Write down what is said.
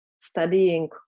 studying